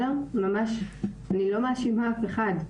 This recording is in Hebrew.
אני לא מאשימה אף אחד.